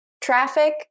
traffic